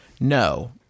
no